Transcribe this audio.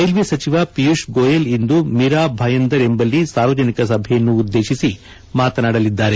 railway ಸಚಿವ ಪಿಯೂಶ್ ಗೋಯಲ್ ಇಂದು ಮಿರಾ ಭಾಯಂದರ್ ಎಂಬಲ್ಲಿ ಸಾರ್ವಜನಿಕ ಸಭೆಯನ್ನು ಉದ್ದೇಶಿಸಿ ಮಾತನಾಡಲಿದ್ದಾರೆ